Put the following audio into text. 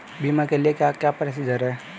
बीमा के लिए क्या क्या प्रोसीजर है?